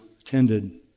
attended